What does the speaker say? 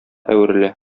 әверелә